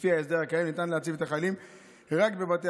לפי ההסדר הקיים ניתן להציב את החיילים רק בבתי